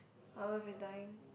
our Earth is dying